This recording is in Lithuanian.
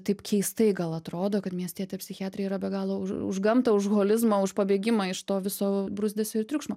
taip keistai gal atrodo kad miestietė psichiatrė yra be galo už gamtą už holizmą už pabėgimą iš to viso bruzdesio ir triukšmo